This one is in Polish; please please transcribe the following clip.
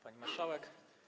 Pani Marszałek!